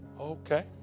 Okay